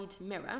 mirror